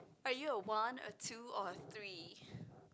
are you a one a two or a three